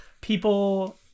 people